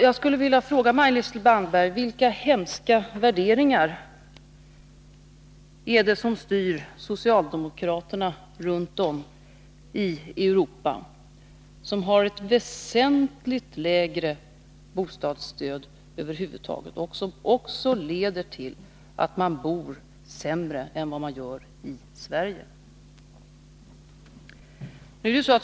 Jag skulle vilja fråga Maj-Lis Landberg: Vilka hemska värderingar är det som styr socialdemokraterna i länder runt om i Europa som har ett väsentligt lägre bostadsstöd, vilket också leder till att man bor sämre än vad man gör i Sverige?